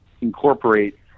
incorporate